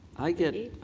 i get